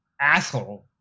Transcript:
asshole